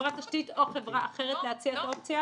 חברת תשתית או חברה אחרת להציע אופציה.